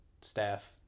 staff